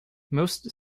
most